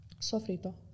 Sofrito